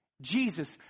Jesus